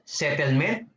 settlement